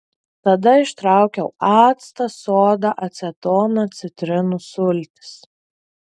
tada ištraukiau actą sodą acetoną citrinų sultis